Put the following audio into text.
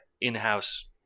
in-house